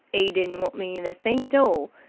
e didn't want me in the thing at all.